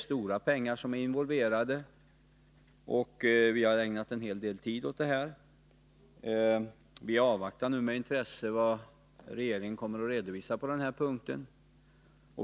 Stora pengar är involverade, och vi har ägnat en hel del tid åt ärendet. Vi avvaktar nu med intresse vad regeringen kommer att redovisa på den här punkten.